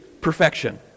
perfection